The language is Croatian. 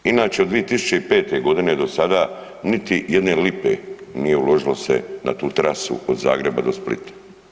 Inače od 2005. godine do sada niti jedne lipe nije uložilo se na tu trasu od Zagreba do Splita.